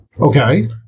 Okay